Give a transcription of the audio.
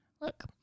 Look